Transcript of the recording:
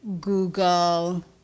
Google